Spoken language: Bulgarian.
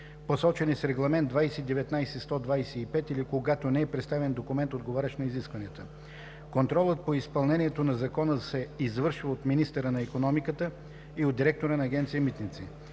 посочени в Регламент 2019/125, или когато не е представен документ, отговарящ на изискванията. Контролът по изпълнението на Закона се извършва от министъра на икономиката и от директора на Агенция „Митници“.